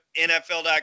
NFL.com